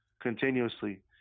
continuously